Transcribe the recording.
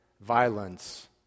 violence